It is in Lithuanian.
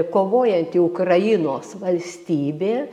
kovojanti ukrainos valstybė